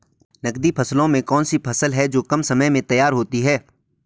नकदी फसलों में कौन सी फसलें है जो कम समय में तैयार होती हैं?